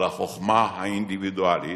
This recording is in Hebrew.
על החוכמה האינדיבידואלית,